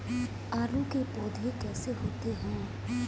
आलू के पौधे कैसे होते हैं?